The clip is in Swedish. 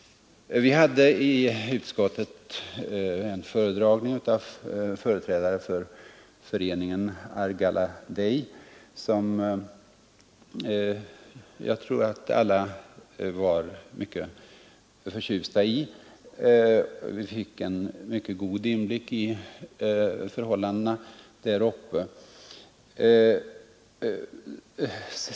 Vi hade i utskottet en föredragning av företrädare för föreningen Argaladei som jag tror att alla var mycket förtjusta i. Vi fick en mycket god inblick i förhållandena där uppe.